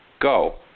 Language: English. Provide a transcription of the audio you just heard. go